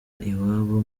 iwabo